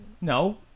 No